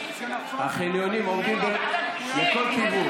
החניונים עובדים מכל כיוון.